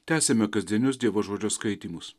tęsiame kasdienius dievo žodžio skaitymus